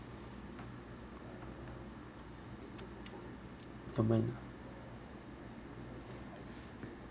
from when ah